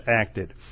acted